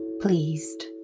pleased